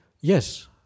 Yes